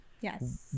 Yes